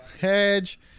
Hedge